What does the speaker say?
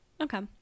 okay